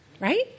right